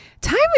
Time